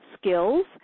skills